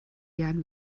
jahren